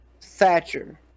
Thatcher